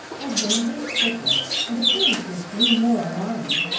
as dangers thickened and appearances grew more alarming,